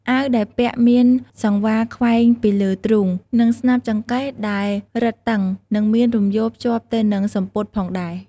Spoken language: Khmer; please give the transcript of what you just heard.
អាវដែលពាក់មានសង្វារខ្វែងពីរលើទ្រូង និងស្នាប់ចង្កេះដែលរឹតតឹង និងមានរំយោលភ្ជាប់ទៅនឹងសំពត់ផងដែរ។